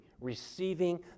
receiving